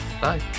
Bye